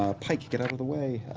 ah pike, get out of the way!